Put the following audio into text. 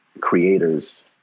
creators